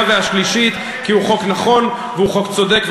והשלישית כי הוא חוק נכון והוא חוק צודק,